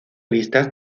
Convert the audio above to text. vistas